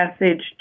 message